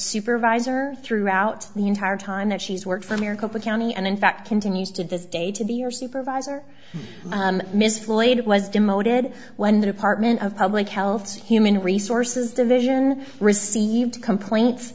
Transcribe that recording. supervisor throughout the entire time that she's worked for maricopa county and in fact continues to this day to be your supervisor misplayed it was demoted when the department of public health and human resources division received complaints